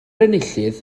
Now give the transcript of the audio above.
enillydd